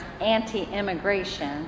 anti-immigration